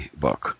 book